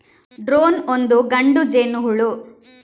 drone ಒಂದು ಗಂಡು ಜೇನುಹುಳು